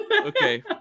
Okay